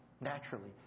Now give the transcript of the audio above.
naturally